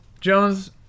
Jones